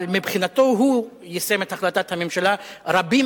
אבל מבחינתו הוא יישם את החלטת הממשלה.